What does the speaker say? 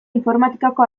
informatikako